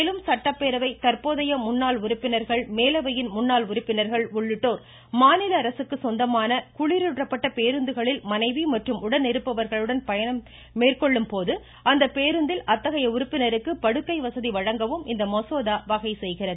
மேலும் சட்டப்பேரவை தற்போதைய முன்னாள் உறுப்பினர்கள் மேலவையின் முன்னாள் உறுப்பினர்கள் உள்ளிட்டோர் மாநில அரசுக்கு சொந்தமான குளிரூட்டப்பட்ட பேருந்துகளில் மனைவி மற்றும் உடனிருப்பவருடன் பயணம் மேற்கொள்ளும் போது அந்த பேருந்தில் அத்தகைய உறுப்பினருக்கு படுக்கை வசதி வழங்கவும் இம்மசோதா வகை செய்கிறது